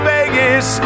Vegas